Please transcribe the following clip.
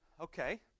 Okay